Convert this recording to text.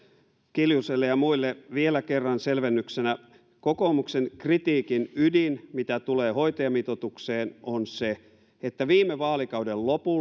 kiljuselle ja muille vielä kerran selvennyksenä kokoomuksen kritiikin ydin mitä tulee hoitajamitoitukseen on se että viime vaalikauden lopulla kansanedustaja